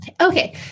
Okay